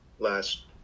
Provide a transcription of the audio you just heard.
last